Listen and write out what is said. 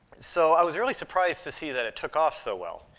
so i was really surprised to see that it took off so well.